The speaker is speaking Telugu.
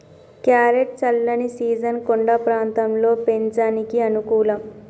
క్యారెట్ చల్లని సీజన్ కొండ ప్రాంతంలో పెంచనీకి అనుకూలం